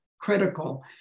critical